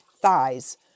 thighs